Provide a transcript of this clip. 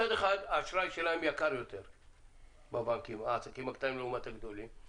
מצד אחד האשראי של העסקים הקטנים לעומת הגדולים בבנקים יקר יותר,